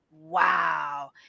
wow